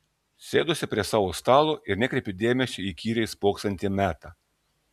sėduosi prie savo stalo ir nekreipiu dėmesio į įkyriai spoksantį metą